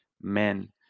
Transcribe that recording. men